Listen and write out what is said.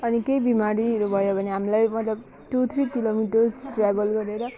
अनि केही बिमारीहरू भयो भने हामीलाई मतलब टु थ्री किलोमिटर्स ट्राभल गरेर